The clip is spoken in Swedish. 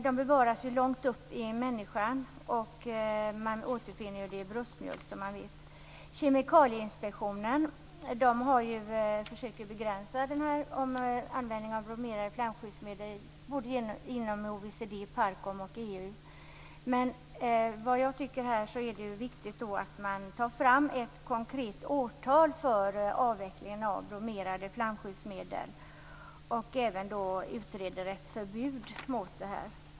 De bevaras långt upp i människan. Man återfinner dem i bröstmjölk, så det vet man. Kemikalieinspektionen försöker begränsa användningen av bromerade flamskyddsmedel inom OECD, PARCOM och EU. Men det jag tycker är viktigt är att man tar fram ett konkret årtal för avvecklingen av bromerade flamskyddsmedel och att man även utreder ett förbud.